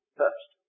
first